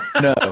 no